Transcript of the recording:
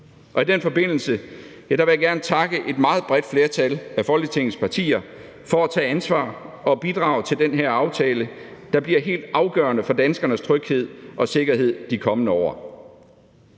I den forbindelse vil jeg gerne takke et meget bredt flertal af Folketingets partier for at tage ansvar og bidrage til den her aftale, der bliver helt afgørende for danskernes tryghed og sikkerhed i de kommende år.